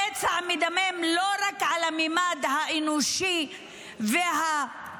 פצע מדמם לא רק בממד האנושי והאישי,